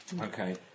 Okay